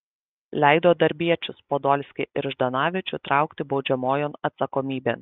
leido darbiečius podolskį ir ždanavičių traukti baudžiamojon atsakomybėn